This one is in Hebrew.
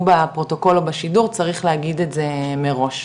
בפרוטוקול או בשידור צריך להגיד את זה מראש.